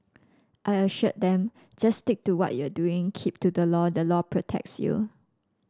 I assured them just stick to what you are doing keep to the law the law protects you